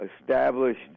established